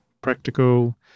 practical